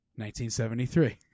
1973